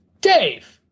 Dave